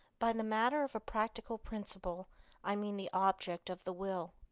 by the matter of a practical principle i mean the object of the will.